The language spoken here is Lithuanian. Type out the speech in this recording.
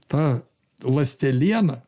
ta ląsteliena